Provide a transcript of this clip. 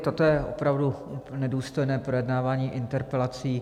Toto je opravdu nedůstojné projednávání interpelací.